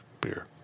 beer